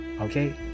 Okay